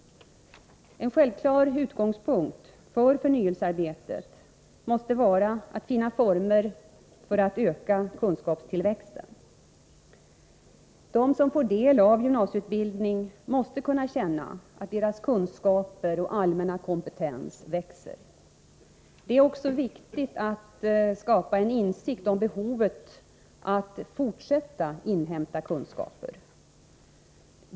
En självklar utgångspunkt för förnyelsearbetet måste vara att finna former för att öka kunskapstillväxten. De som får del av gymnasieutbildning måste kunna känna att deras kunskaper och allmänna kompetens växer. Det är också viktigt att skapa en insikt om behovet av fortsatt kunskapsinhämtning.